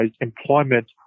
employment